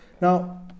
now